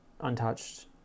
untouched